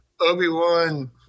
Obi-Wan